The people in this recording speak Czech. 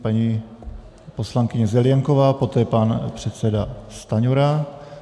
Paní poslankyně Zelienková, poté pan předseda Stanjura.